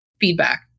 feedback